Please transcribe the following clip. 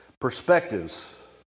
Perspectives